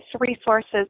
resources